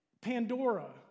Pandora